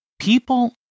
people